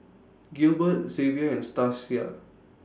Gilbert Zavier and Stasia